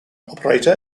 operator